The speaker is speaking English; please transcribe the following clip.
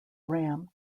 ram